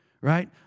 Right